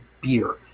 beer